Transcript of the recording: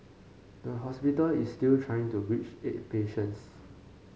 the hospital is still trying to reach eight patients